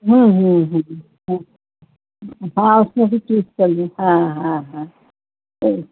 ہاں ہاں ہاں اس میں کچھ چیز پڑی ہے ہاں ہاں ہاں